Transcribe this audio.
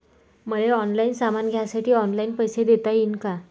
मले ऑनलाईन सामान घ्यासाठी ऑनलाईन पैसे देता येईन का?